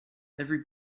every